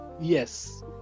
Yes